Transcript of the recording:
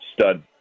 stud